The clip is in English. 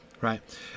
right